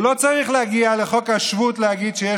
הוא לא צריך להגיע לחוק השבות להגיד שיש